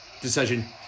Decision